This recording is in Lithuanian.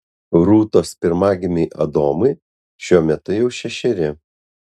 rūtos pirmagimiui adomui šiuo metu jau šešeri